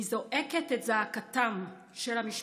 אני זועקת את זעקתן של המשפחות.